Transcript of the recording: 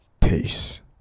Peace